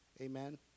amen